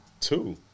Two